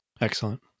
Excellent